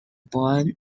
born